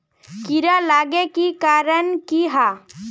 कीड़ा लागे के कारण की हाँ?